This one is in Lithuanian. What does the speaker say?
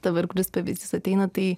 dabar kuris pavyzdys ateina tai